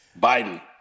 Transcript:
Biden